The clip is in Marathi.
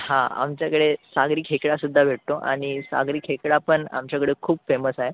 हां आमच्याकडे सागरी खेकडासुद्धा भेटतो आणि सागरी खेकडा पण आमच्याकडे खूप फेमस आहे